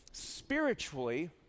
Spiritually